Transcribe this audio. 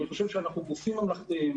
אני חושב שאנחנו גופים ממלכתיים,